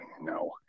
no